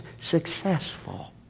successful